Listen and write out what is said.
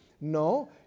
No